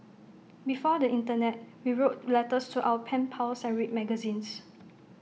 before the Internet we wrote letters to our pen pals and read magazines